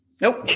Nope